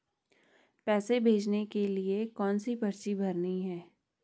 पैसे भेजने के लिए कौनसी पर्ची भरनी है?